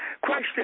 Question